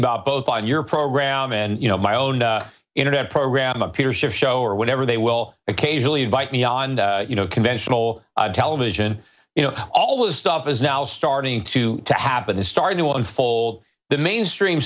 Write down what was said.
about both on your program and you know my own internet program appears to show or whatever they will occasionally invite me on you know conventional television you know all this stuff is now starting to happen is starting to unfold the mainstream